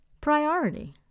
priority